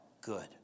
good